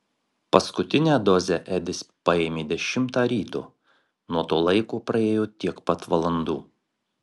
paskutinę dozę edis paėmė dešimtą ryto nuo to laiko praėjo tiek pat valandų